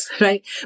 right